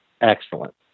excellent